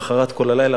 כל הלילה,